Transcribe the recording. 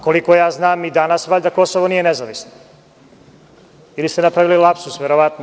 Koliko ja znam, i danas valjda Kosovo nije nezavisno, ili ste napravili lapsus verovatno?